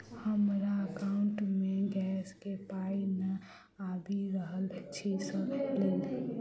हमरा एकाउंट मे गैस केँ पाई नै आबि रहल छी सँ लेल?